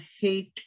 hate